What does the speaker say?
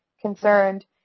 concerned